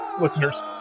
listeners